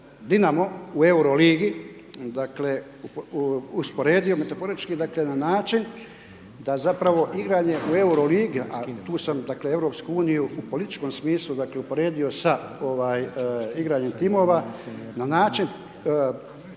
Dinamo u Euro ligi, dakle, usporedio metaforički, dakle, na način da zapravo igranje u Euro ligi, a tu sam dakle Europsku uniju u političkom smislu, dakle usporedio sa, ovaj, igranjem timova na način,